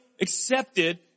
accepted